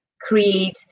create